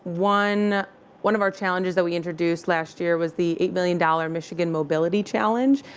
one one of our challenges that we introduced last year was the eight million dollars michigan mobility challenge.